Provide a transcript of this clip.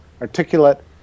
articulate